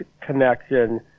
connection